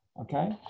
okay